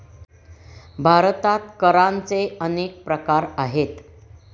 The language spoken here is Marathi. भारतात करांचे अनेक प्रकार आहेत